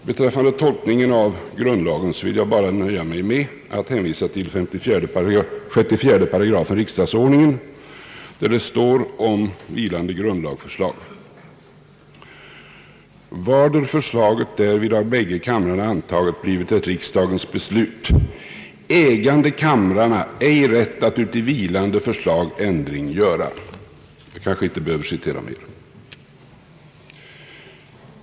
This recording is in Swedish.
Beträffande tolkningen av grundlagen vill jag nöja mig med att hänvisa till § 64 i riksdagsordningen, där det står om vilande grundlagförslag: »Varder förslaget därvid av bägge kamrarna antaget, bliver det riksdagens beslut; ägande kamrarna ej rätt att uti vilande förslag ändring göra.» Jag behöver kanske inte citera mer.